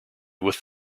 with